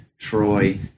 Troy